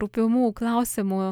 rūpimų klausimų